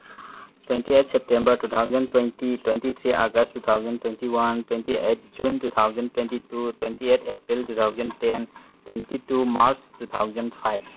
twenty eight September two thousand twenty twenty three August two thousand twenty one twenty eight June two thousand twenty two twenty eight April two thousand ten twenty two March two thousand five